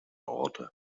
orte